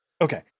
Okay